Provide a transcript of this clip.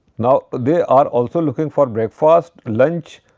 now they are also looking for breakfast, lunch,